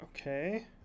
Okay